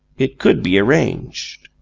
it could be arranged.